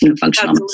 Functional